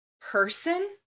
person